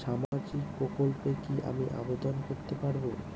সামাজিক প্রকল্পে কি আমি আবেদন করতে পারবো?